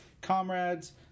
comrades